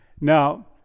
now